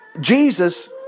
Jesus